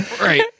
right